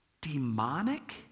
Demonic